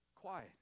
quiet